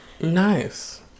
nice